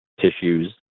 tissues